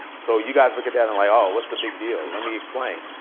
so you guys look at that and, like, oh, what's the big deal? let me explain.